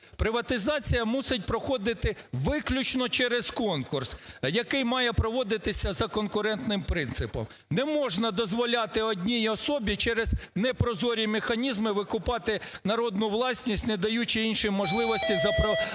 Приватизація мусить проходити виключно через конкурс, який має проводитися за конкурентним принципом. Не можна дозволяти одній особі через непрозорі механізми викупати народну власність, не даючи іншим можливості запропонувати